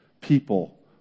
people